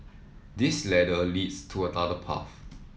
this ladder leads to another path